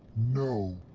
no!